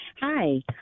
Hi